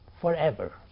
forever